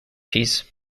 piece